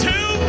Two